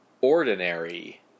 ordinary